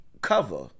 cover